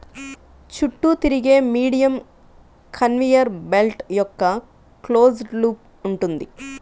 చుట్టూ తిరిగే medium conveyor belt యొక్క క్లోజ్డ్ లూప్ ఉంటుంది